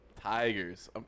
Tigers